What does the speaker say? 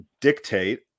dictate